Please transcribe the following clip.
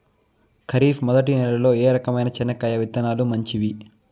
ఖరీఫ్ మొదటి నెల లో ఏ రకమైన చెనక్కాయ విత్తనాలు మంచివి